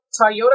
Toyota